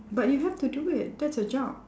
but you have to do it that's your job